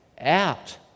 out